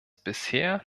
bisher